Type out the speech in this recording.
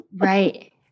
Right